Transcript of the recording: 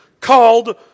called